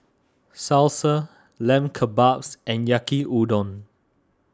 Salsa Lamb Kebabs and Yaki Udon